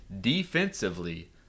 defensively